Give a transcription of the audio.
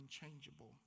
unchangeable